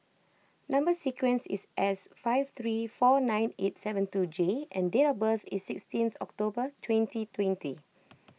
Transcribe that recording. Number Sequence is S five three four nine eight seven two J and date of birth is sixteen October twenty twenty